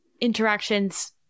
interactions